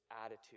attitude